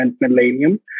millennium